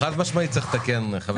חד משמעית צריך לתקן.